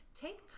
Take